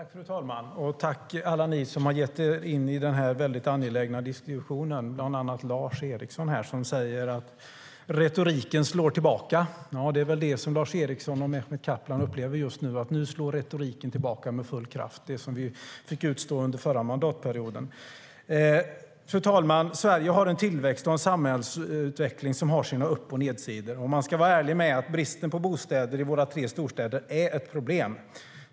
Fru talman! Tack, alla ni som har gett er in i den här angelägna diskussionen! Det är bland andra Lars Eriksson, som säger att retoriken slår tillbaka. Ja, det är väl det som Lars Eriksson och Mehmet Kaplan upplever just nu - nu slår retoriken tillbaka med full kraft! Det var det som vi fick utstå under förra mandatperioden. Sverige har en tillväxt och en samhällsutveckling som har sina upp och nedsidor. Och man ska vara ärlig med att bristen på bostäder i våra tre storstäder är ett problem.